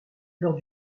lors